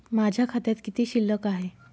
माझ्या खात्यात किती शिल्लक आहे?